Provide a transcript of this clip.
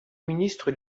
ministres